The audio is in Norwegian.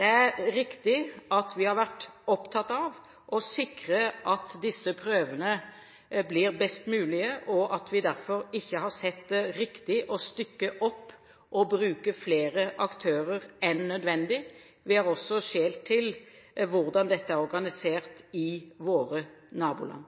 Det er riktig at vi har vært opptatt av å sikre at disse prøvene blir best mulig, og at vi derfor ikke har sett det riktig å stykke opp og bruke flere aktører enn nødvendig. Vi har også skjelt til hvordan dette er organisert i våre naboland.